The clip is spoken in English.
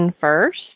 first